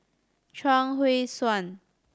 Chuang Hui Tsuan